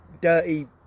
dirty